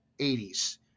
80s